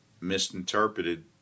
misinterpreted